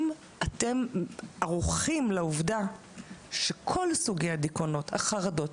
אם אתם ערוכים לעובדה שכל סוגי הדיכאונות - החרדות,